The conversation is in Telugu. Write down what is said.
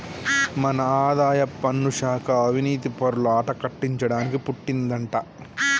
మన ఆదాయపన్ను శాఖ అవనీతిపరుల ఆట కట్టించడానికి పుట్టిందంటా